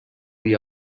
dir